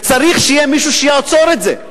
וצריך שיהיה מישהו שיעצור את זה.